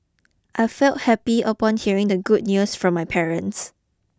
I felt happy upon hearing the good news from my parents